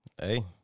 Hey